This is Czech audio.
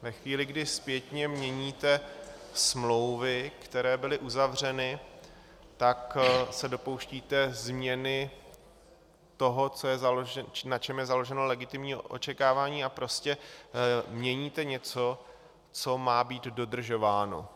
Ve chvíli, kdy zpětně měníte smlouvy, které byly uzavřeny, tak se dopouštíte změny toho, na čem je založeno legitimní očekávání, a prostě měníte něco, co má být dodržováno.